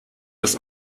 das